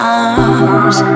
arms